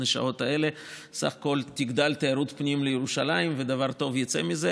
השעות האלה ובסך הכול תגדל תיירות הפנים לירושלים ודבר טוב יצא מזה,